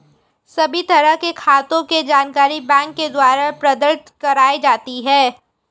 सभी तरह के खातों के जानकारी बैंक के द्वारा प्रदत्त कराई जाती है